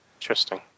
interesting